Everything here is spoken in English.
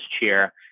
chair